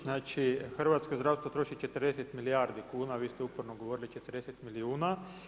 Znači, hrvatsko zdravstvo troši 40 milijardi kuna, vi ste uporno govorili 40 milijuna.